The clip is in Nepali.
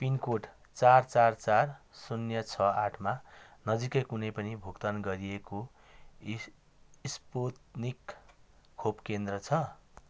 पिनकोड चार चार चार शून्य छ आठमा नजिकै कुनै पनि भुक्तान गरिएको स्पुत्निक खोप केन्द्र छ